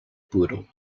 poodle